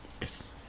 Yes